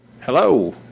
Hello